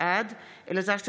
בעד אלעזר שטרן,